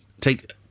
take